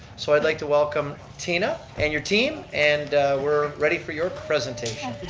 so i'd like to welcome tina and your team and we're ready for your presentation.